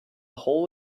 hole